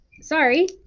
Sorry